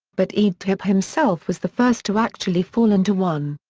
but edh-dhib himself was the first to actually fall into one.